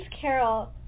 Carol